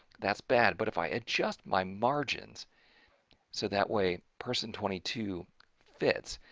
that's bad but if i adjust my margins so that way person twenty two fits.